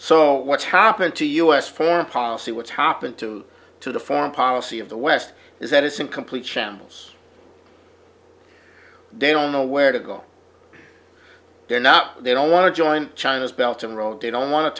so what's happened to us foreign policy what's happened to to the foreign policy of the west is that isn't complete shambles don't know where to go they're not they don't want to join china's belgium wrote they don't want to